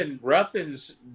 Ruffin's